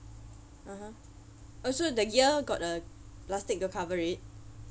(uh huh) oh so the gear got a plastic to cover it